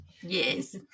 Yes